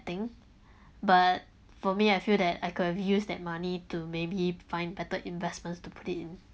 thing but for me I feel that I could've use that money to maybe find better investments to put it